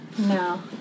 No